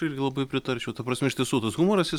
irgi labai pritarčiau ta prasme iš tiesų tas humoras jis